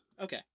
Okay